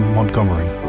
Montgomery